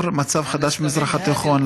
מצב חדש במזרח התיכון.